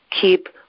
keep